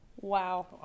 Wow